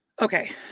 Okay